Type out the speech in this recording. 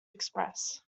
express